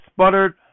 sputtered